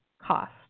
cost